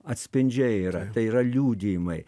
atspindžiai yra tai yra liudijimai